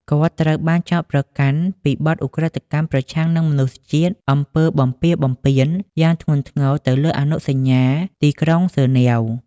គាត់ ត្រូវបានចោទប្រកាន់ពីបទឧក្រិដ្ឋកម្មប្រឆាំងនឹងមនុស្សជាតិ អំពើបំពារបំពាន យ៉ាងធ្ងន់ធ្ងរទៅលើអនុសញ្ញាទីក្រុងហ្សឺណែវ។